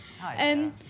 Hi